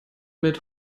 mit